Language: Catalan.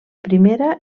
primera